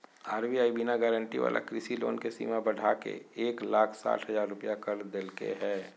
RBI बिना guarantee वाला कृषि लोन के सीमा बढ़ाके एक लाख साठ हजार रुपया कर देलके हें